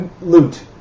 Loot